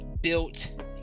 built